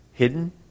hidden